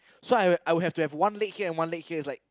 so I would I would have to one leg here and one leg here is like